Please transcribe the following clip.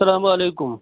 اَسلام وعلیکُم